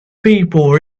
people